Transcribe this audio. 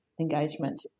engagement